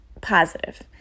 positive